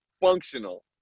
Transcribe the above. functional